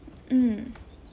mm